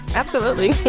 absolutely